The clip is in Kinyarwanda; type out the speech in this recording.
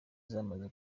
zamaze